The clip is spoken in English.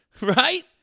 right